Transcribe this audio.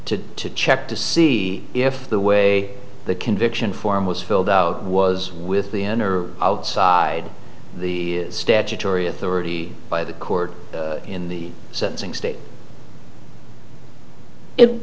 to check to see if the way the conviction form was filled out was with the owner outside the statutory authority by the court in the sentencing state